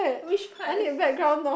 which part